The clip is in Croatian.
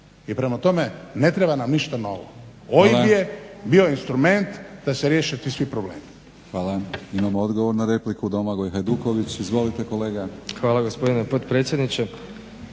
I prema tome ne treba nam ništa novo. OIB je bio instrument da se riješe svi ti problemi.